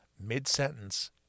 mid-sentence